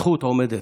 זכות עומדת לך.